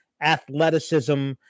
athleticism